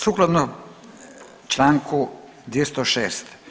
Sukladno Članku 206.